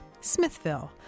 Smithville